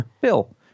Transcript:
Bill